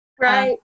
Right